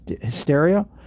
hysteria